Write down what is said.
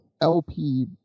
LP